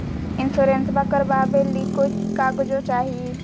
इंसोरेंसबा करबा बे ली कोई कागजों चाही?